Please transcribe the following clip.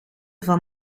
van